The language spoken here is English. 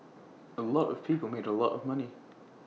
A lot of people made A lot of money